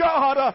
God